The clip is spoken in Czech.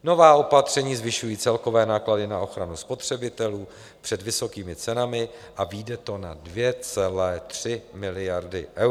Nová opatření zvyšují celkové náklady na ochranu spotřebitelů před vysokými cenami a vyjde to na 2,3 miliardy eur.